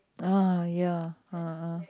ah ya ah